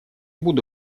буду